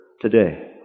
today